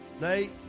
Nate